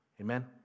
Amen